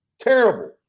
Terrible